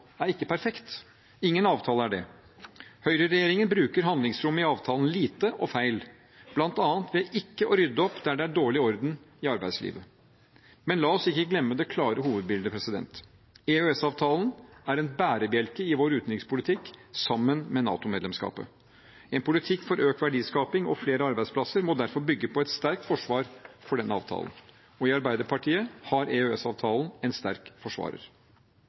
er ikke perfekt. Ingen avtale er det. Høyreregjeringen bruker handlingsrommet i avtalen lite og feil, bl.a. ved ikke å rydde opp der det er dårlig orden i arbeidslivet. Men la oss ikke glemme det klare hovedbildet: EØS-avtalen er en bærebjelke i vår utenrikspolitikk, sammen med NATO-medlemskapet. En politikk for økt verdiskaping og flere arbeidsplasser må derfor bygge på et sterkt forsvar for denne avtalen. Og i Arbeiderpartiet har EØS-avtalen en sterk forsvarer.